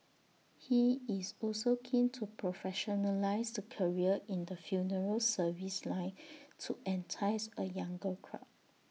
he is also keen to professionalise the career in the funeral service line to entice A younger crowd